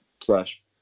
slash